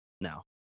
now